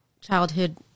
childhood